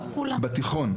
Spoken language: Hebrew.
משתנה,